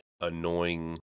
annoying